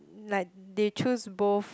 like they choose both